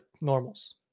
normals